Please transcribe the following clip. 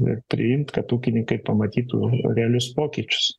ir priimt kad ūkininkai pamatytų realius pokyčius